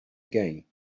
again